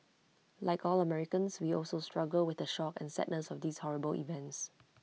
like all Americans we also struggle with the shock and sadness of these horrible events